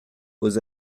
aux